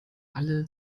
alle